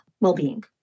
well-being